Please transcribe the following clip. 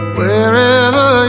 wherever